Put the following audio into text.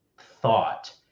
thought